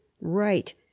Right